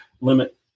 limit